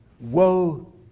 Woe